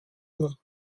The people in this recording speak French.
nom